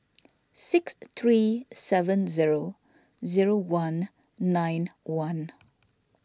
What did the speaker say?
six three seven zero zero one nine one